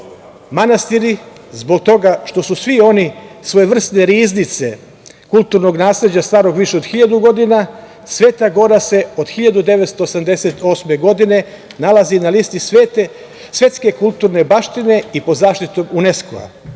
manastiri, zbog toga što su svi oni svojevrsne riznice kulturnog nasleđa starog više od 1000 godina, Sveta Gora se od 1988. godine nalazi na Listi svetske kulturne baštine i pod zaštitom UNESKO-a,